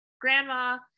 grandma